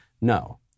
No